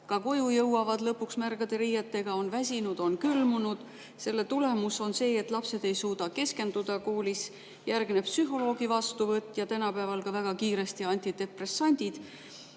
Ka koju jõuavad nad lõpuks märgade riietega, on väsinud, on külmunud. Selle tulemusena ei suuda lapsed koolis keskenduda. Järgneb psühholoogi vastuvõtt ja tänapäeval väga kiiresti ka antidepressandid.